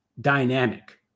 dynamic